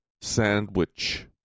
sandwich